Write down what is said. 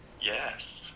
Yes